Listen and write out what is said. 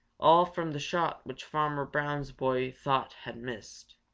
all from the shot which farmer brown's boy thought had missed.